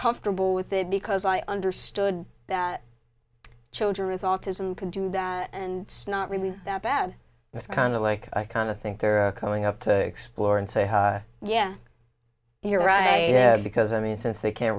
comfortable with it because i understood that children with autism can do that and not really that bad it's kind of like i kind of think there are coming up to explore and say hi yeah you're right because i mean since they can't